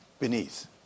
beneath